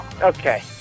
Okay